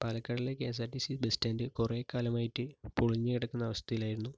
പാലക്കാടിലെ K S R T C bus stand കുറേക്കാലമായിട്ട് പൊളിഞ്ഞു കിടക്കുന്ന അവസ്ഥയിലായിരുന്നു